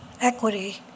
equity